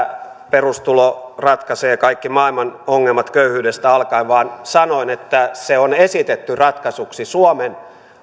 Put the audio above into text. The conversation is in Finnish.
perustulo ratkaisee kaikki maailman ongelmat köyhyydestä alkaen vaan sanoin että se on esitetty ratkaisuksi suomen ongelmiin